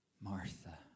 Martha